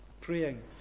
praying